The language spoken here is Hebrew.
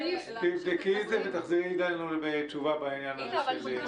תבדקי את זה ותחזרי אלינו עם תשובה בעניין הזה.